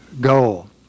goal